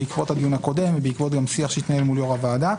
בעקבות הדיון הקודם ובעקבות השיח שהתנהל מול יו"ר הוועדה.